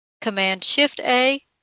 Command-Shift-A